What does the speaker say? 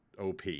op